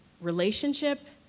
relationship